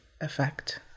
effect